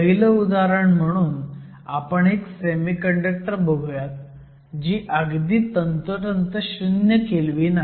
पहिलं उदाहरण म्हणून आपण एक सेमीकंडक्टर बघुयात जी अगदी तंतोतंत 0 केल्व्हीन आहे